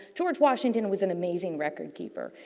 george washington was an amazing record keeper.